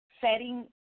Setting